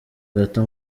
gato